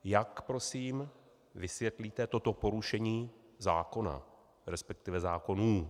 Jak prosím vysvětlíte toto porušení zákona, resp. zákonů?